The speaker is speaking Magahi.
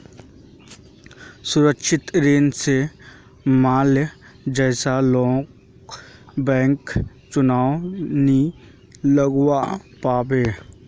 सुरक्षित ऋण स माल्या जैसा लोग बैंकक चुना नी लगव्वा पाबे